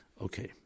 Okay